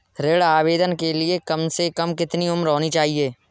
ऋण आवेदन के लिए कम से कम कितनी उम्र होनी चाहिए?